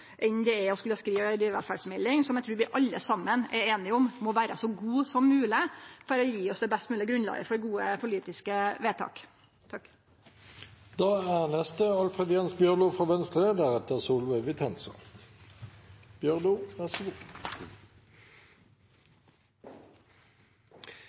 enn det er å skulle skrive ei dyrevelferdsmelding, som eg trur vi alle saman er einige om må vere så god som mogleg for å gje oss det best moglege grunnlaget for gode politiske vedtak. Eg merkar meg igjen at Senterpartiet meiner det er